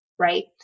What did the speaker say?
Right